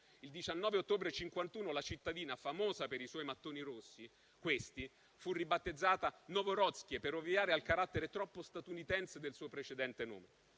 Il 19 ottobre 1951, la cittadina, famosa per i suoi mattoni rossi - questi - fu ribattezzata Novhorodske, per ovviare al carattere troppo statunitense del suo precedente nome.